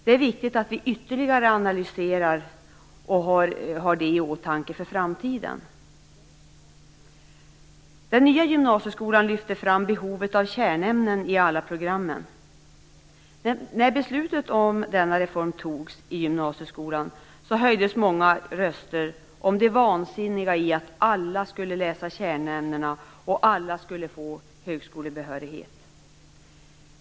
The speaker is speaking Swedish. Det är viktigt att vi ytterligare analyserar detta och har det i åtanke för framtiden. Den nya gymnasieskolan lyfter fram behovet av kärnämnen i alla program. När beslutet om denna reform i gymnasieskolan fattades höjdes många röster om det vansinniga i att alla skulle läsa kärnämena och att alla skulle få högskolebehörighet.